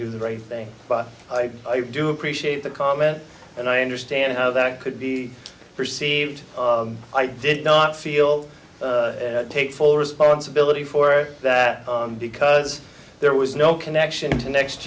do the right thing but i do appreciate the comment and i understand how that could be perceived i did not feel take full responsibility for that because there was no connection to next